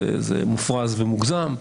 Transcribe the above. זה מופרז ומוגזם.